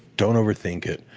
don't over think it.